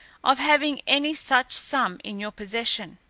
of having any such sum in your possession.